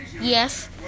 Yes